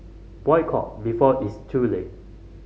boycott before it's too late